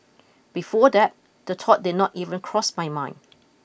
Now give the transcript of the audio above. before that the thought did not even cross my mind